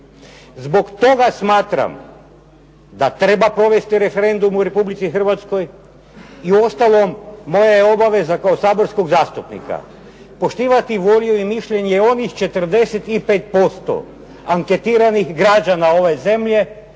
Zbog toga smatram da treba provesti referendum u Republici Hrvatskoj. I uostalom moja je obaveza kao saborskog zastupnika, poštovati volju i mišljenje onih 45% anketiranih građana ove zemlje